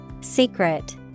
Secret